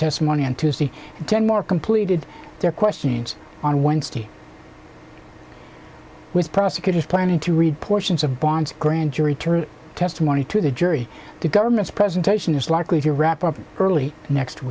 testimony on tuesday and ten more completed their questions on wednesday with prosecutors planning to read portions of bond's grand jury testimony to the jury the government's presentation is likely if you wrap up early next